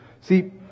See